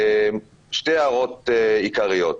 שתי הערות עיקריות.